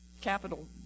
capital